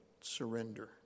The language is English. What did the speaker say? surrender